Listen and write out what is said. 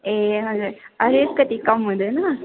ए हजुर अलिकति कम हुँदैन